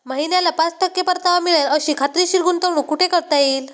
महिन्याला पाच टक्के परतावा मिळेल अशी खात्रीशीर गुंतवणूक कुठे करता येईल?